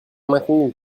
maintenu